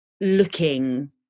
looking